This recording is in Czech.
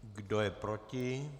Kdo je proti?